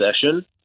session